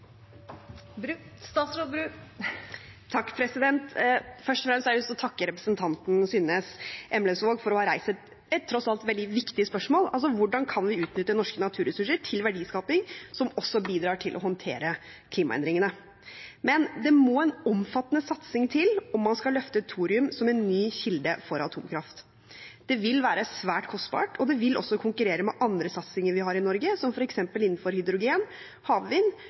tross alt – veldig viktig spørsmål: Hvordan kan vi utnytte norske naturressurser til verdiskaping som også bidrar til å håndtere klimaendringene? Men det må en omfattende satsing til om man skal løfte thorium som en ny kilde for atomkraft. Det vil være svært kostbart og vil også konkurrere med andre satsinger vi har i Norge, som f.eks. innenfor hydrogen, havvind